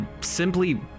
simply